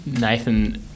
Nathan